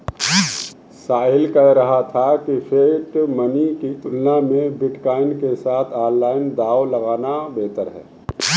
साहिल कह रहा था कि फिएट मनी की तुलना में बिटकॉइन के साथ ऑनलाइन दांव लगाना बेहतर हैं